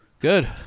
Good